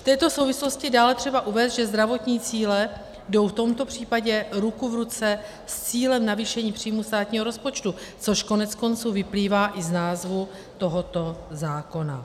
V této souvislosti je dále třeba uvést, že zdravotní cíle jdou v tomto případě ruku v ruce s cílem navýšení příjmů státního rozpočtu, což koneckonců vyplývá i z názvu tohoto zákona.